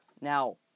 Now